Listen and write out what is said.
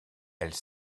elle